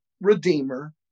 Redeemer